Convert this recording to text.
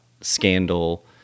scandal